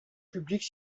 publique